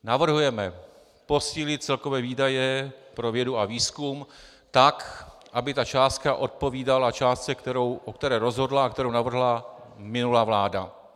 Navrhujeme posílit celkové výdaje pro vědu a výzkum tak, aby částka odpovídala částce, o které rozhodla a kterou navrhla minulá vláda.